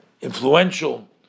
influential